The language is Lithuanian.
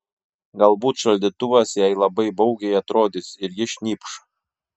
galbūt šaldytuvas jai labai baugiai atrodys ir ji šnypš